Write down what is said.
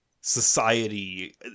society